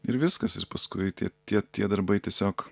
ir viskas ir paskui tie tie tie darbai tiesiog